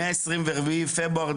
מה-24 בפברואר 2022,